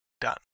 done